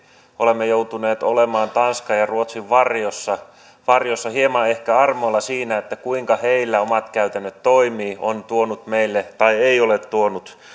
olemme joutuneet olemaan tanskan ja ruotsin varjossa varjossa hieman ehkä armoilla siinä kuinka heillä omat käytännöt toimivat se on tuonut meille tai ei ole tuonut